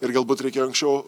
ir galbūt reikėjo anksčiau